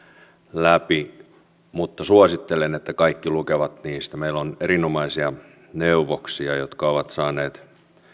läpi mutta suosittelen että kaikki lukevat niistä meillä on erinomaisia neuvoksia jotka ovat saaneet